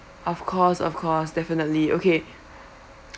of course of course definitely okay